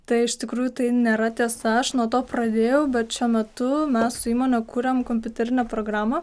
tai iš tikrųjų tai nėra tiesa aš nuo to pradėjau bet šiuo metu mes su įmone kuriam kompiuterinę programą